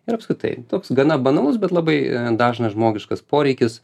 ir apskritai toks gana banalus bet labai dažnas žmogiškas poreikis